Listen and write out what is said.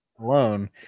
alone